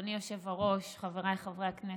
אדוני היושב-ראש, חבריי חברי הכנסת,